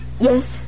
Yes